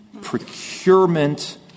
procurement